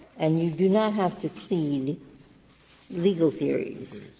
and you do not have to plead legal theories